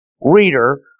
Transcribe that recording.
reader